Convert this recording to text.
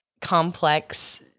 complex